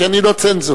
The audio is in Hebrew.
כי אני לא צנזור,